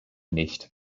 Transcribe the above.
nicht